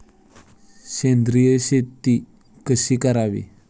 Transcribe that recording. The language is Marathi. सेंद्रिय शेती कशी करावी?